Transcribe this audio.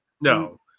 No